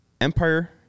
Empire